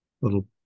little